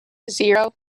zero